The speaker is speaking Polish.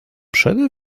przede